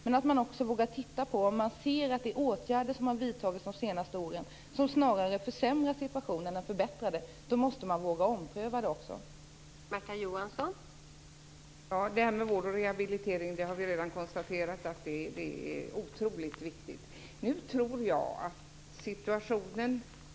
Men om man ser att de åtgärder som vidtagits under de senaste åren snarare försämrar situationen än förbättrar den måste man titta på det och också våga ompröva det.